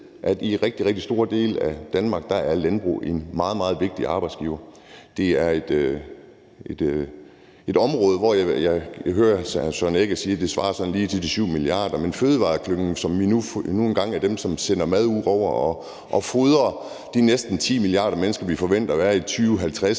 at i meget store dele af Danmark er landbruget en meget, meget vigtig arbejdsgiver. Det er et område, som jeg hører hr. Søren Egge Rasmussen sige svarer til de 7 milliarder, men fødevareklyngen, som nu engang er dem, der sender mad ud og føder de næsten 10 milliarder mennesker, vi forventer der er i 2050,